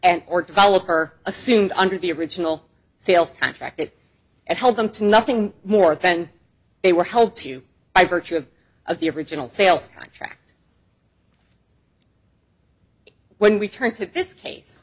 and or developer assumed under the original sales contract if it held them to nothing more then they were held to by virtue of the original sales contract when we turn to this case